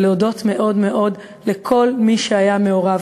ולהודות מאוד מאוד לכל מי שהיה מעורב.